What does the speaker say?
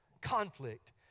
conflict